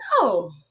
No